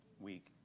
week